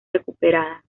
recuperadas